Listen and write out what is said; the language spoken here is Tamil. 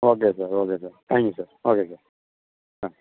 okay sir okay sir thank you sir okay sir ah